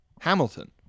Hamilton